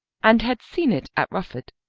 and had seen it at rufford.